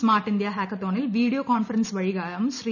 smart India ഹാക്കത്തോണിൽ video conference വഴിയാകും ശ്രീ